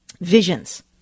visions